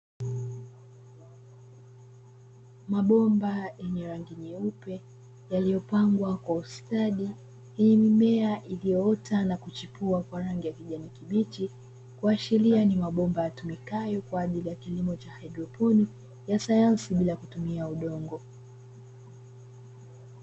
Mabomba yenye rangi nyeupe, yaliyopangwa kwa ustadi yenye mimea iliyoota na kuchipua kwa rangi ya kijani kibichi, kuashiria ni mabomba yatumikayo kwa ajili ya kilimo cha haidroponi ya sayanasi bila kutumia udongo.